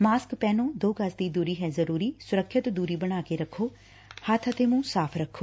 mask ਪਹਿਨੋ ਦੋ ਗਜ਼ ਦੀ ਦੁਰੀ ਹੈ ਜ਼ਰੁਰੀ ਸੁਰੱਖਿਅਤ ਦੁਰੀ ਬਣਾ ਕੇ ਰਖੋ ਹੱਬ ਅਤੇ ਮੁੰਹ ਸਾਫ਼ ਰੱਖੋ